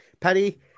Paddy